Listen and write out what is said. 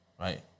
right